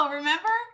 Remember